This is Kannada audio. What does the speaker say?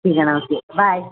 ಸಿಗೋಣ ಓಕೆ ಬಾಯ್